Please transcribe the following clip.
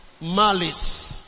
Malice